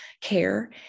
care